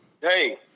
hey